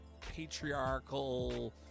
patriarchal